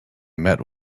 met